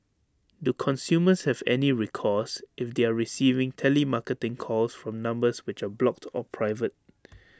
do consumers have any recourse if they are receiving telemarketing calls from numbers which are blocked or private